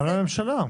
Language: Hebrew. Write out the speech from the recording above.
וגם לממשלה.